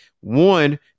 One